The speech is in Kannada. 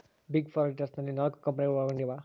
ಬಿಗ್ ಫೋರ್ ಆಡಿಟರ್ಸ್ ನಲ್ಲಿ ನಾಲ್ಕು ಕಂಪನಿಗಳು ಒಳಗೊಂಡಿವ